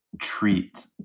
treat